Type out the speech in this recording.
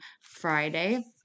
Friday